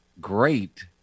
great